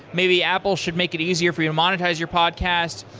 maybe apple should make it easier for you to monetize your podcast.